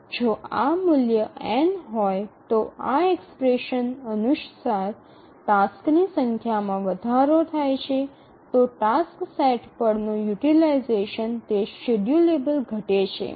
જો આ મૂલ્ય n હોય તો આ એક્સપ્રેશન અનુસાર ટાસક્સની સંખ્યામાં વધારો થાય છે તો ટાસ્ક સેટ પર નો યુટીલાઈઝેશન તે શેડ્યૂલેબલ ઘટે છે